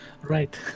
Right